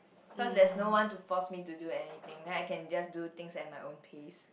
cause there's no one to force me to do anything then I can just do things at my own pace